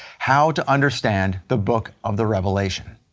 how to understand the book of the revelation.